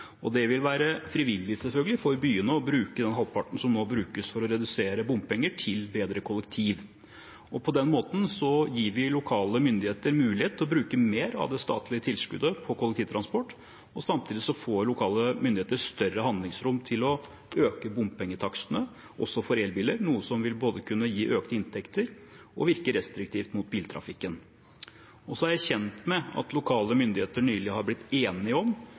Det vil være frivillig, selvfølgelig, for byene å bruke den halvparten som nå brukes for å redusere bompenger, til å bedre kollektivtransporten. På den måten gir vi lokale myndigheter mulighet til å bruke mer av det statlige tilskuddet på kollektivtransport. Samtidig får lokale myndigheter større handlingsrom til å øke bompengetakstene, også for elbiler, noe som vil kunne gi både økte inntekter og virke restriktivt mot biltrafikken. Så er jeg kjent med at lokale myndigheter nylig har blitt enige om